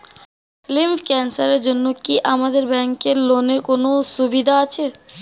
Lymph ক্যানসারের জন্য কি আপনাদের ব্যঙ্কে লোনের কোনও সুবিধা আছে?